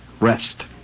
rest